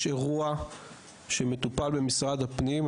יש אירוע שמטופל במשרד הפנים.